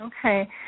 Okay